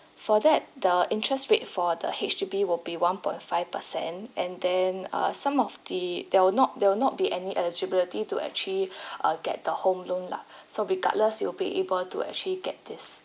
for that the interest rate for the H_D_B would be one point five percent and then uh some of the there will not there will not be any eligibility to actually uh get the home loan lah so regardless you'll be able to actually get this